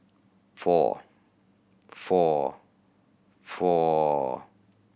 four four four